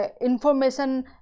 information